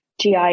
GI